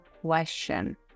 question